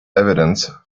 evidence